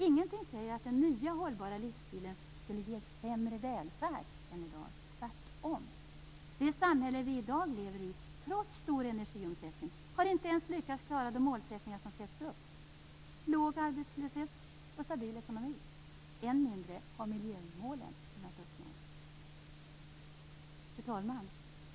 Ingenting säger att den nya hållbara livsstilen skulle ge sämre välfärd än i dag - tvärtom! Det samhälle som vi i dag lever i har, trots stor energiomsättning, inte ens lyckats klara de mål som har satts upp: låg arbetslöshet och stabil ekonomi. Än mindre har miljömålen kunnat uppnås. Fru talman!